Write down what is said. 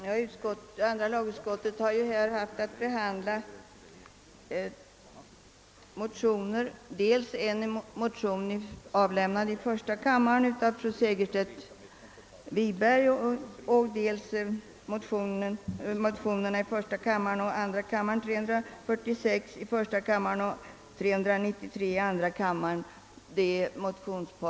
390 upp frågorna om tjänstgöringens art och längd samt de bedömningar som måste ligga till grund för frikallelse från vapentjänst.